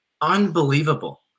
unbelievable